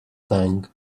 tank